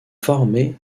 formées